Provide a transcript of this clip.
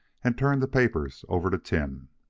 and turn the papers over to tim.